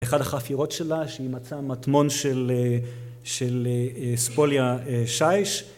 אחת החפירות שלה שהיא מצאה מטמון של ספוליה שייש